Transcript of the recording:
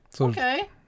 okay